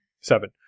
Seven